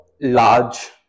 large